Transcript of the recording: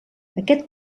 aquest